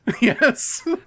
yes